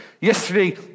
Yesterday